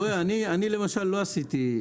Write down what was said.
אני לא עשיתי.